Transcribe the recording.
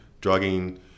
drugging